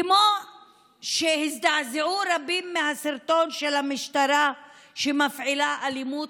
כמו שרבים הזדעזעו מהסרטון של המשטרה שמפעילה אלימות,